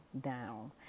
down